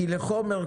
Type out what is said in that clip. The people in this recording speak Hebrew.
כי החומר,